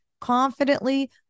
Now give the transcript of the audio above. confidently